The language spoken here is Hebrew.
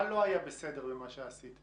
מה לא היה בסדר במה שעשיתם?